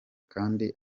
kandi